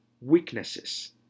weaknesses